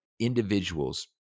individuals